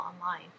online